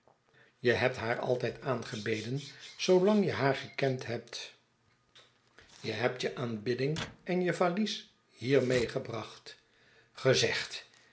je hebt haar altijd aangebeden zoolang je haar gekend hebt je hebt je aanbidding en je valies hier meegebracht gezegd